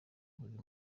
buri